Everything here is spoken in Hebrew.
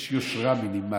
יש יושרה מינימלית.